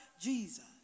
Jesus